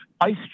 ice